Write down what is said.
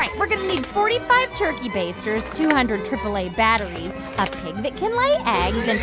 like we're going to need forty five turkey basters, two hundred aaa batteries, a pig that can lay eggs,